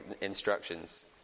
instructions